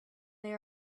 they